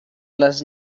les